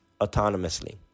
autonomously